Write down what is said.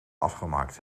afgemaakt